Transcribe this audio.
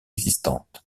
existantes